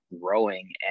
growing